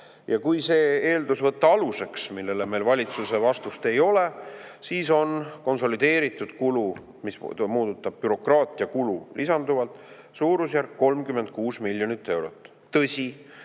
Ja kui võtta see eeldus aluseks, millele meil valitsuse vastust ei ole, siis on konsolideeritud kulu, mis puudutab bürokraatia kulu lisanduvalt, suurusjärk 36 miljonit eurot. Tõsi,